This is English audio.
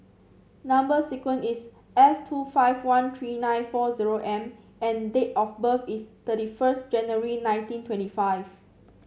number sequence is S two five one three nine four zero M and date of birth is thirty first January nineteen twenty five